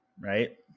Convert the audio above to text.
right